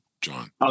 John